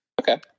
okay